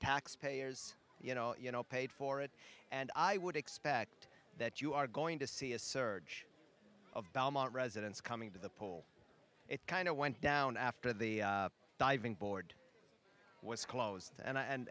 taxpayers you know you know paid for it and i would expect that you are going to see a surge of belmont residents coming to the pool it kind of went down after the diving board was closed and